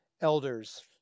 elders